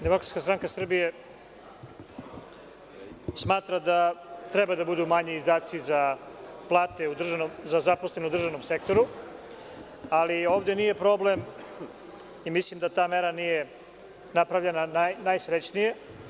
Demokratska stranka Srbije smatra da treba da budu manji izdaci za plate za zaposlene u državnom sektoru, ali ovde nije problem i mislim da ta mera nije napravljena najsrećnije.